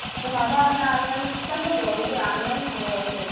जोंहाबो आनो आनैयानो खृष्टान दंबावो जों आनैनावनो थांबावासो